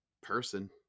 person